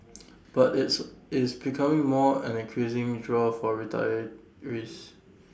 but it's is becoming more an increasing draw for retirees